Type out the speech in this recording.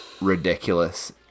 ridiculous